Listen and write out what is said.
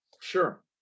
Sure